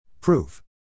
Proof